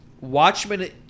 Watchmen